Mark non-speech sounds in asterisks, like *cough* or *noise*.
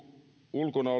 ulkona *unintelligible*